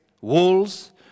walls